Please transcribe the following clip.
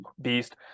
beast